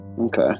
Okay